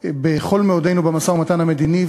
בכל מאודנו במשא-ומתן המדיני,